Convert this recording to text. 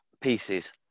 pieces